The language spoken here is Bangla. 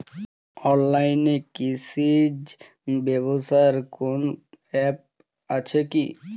অনলাইনে কৃষিজ ব্যবসার কোন আ্যপ আছে কি?